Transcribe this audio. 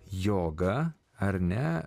joga ar ne